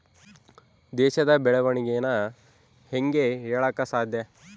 ದೇಶದ ಬೆಳೆವಣಿಗೆನ ಹೇಂಗೆ ಹೇಳಕ ಸಾಧ್ಯ?